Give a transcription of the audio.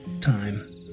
time